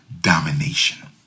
domination